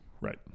Right